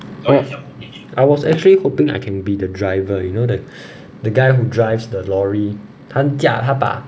oh I was actually hoping I can be the driver you know the the guy who drives the lorry 他驾他把